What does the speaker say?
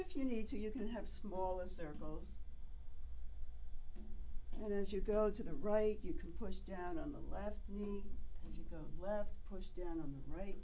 if you need to you can have smaller circles and as you go to the right you can push down on the left knee and you go left push down on the right